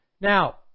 Now